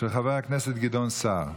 של חבר הכנסת גדעון סער.